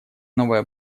новое